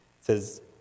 says